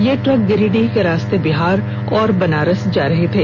ये ट्रक गिरिडीह के रास्ते बिहार और बनारस जा रहे थे